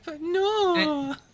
No